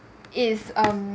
is um